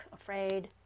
afraid